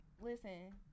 Listen